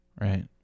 Right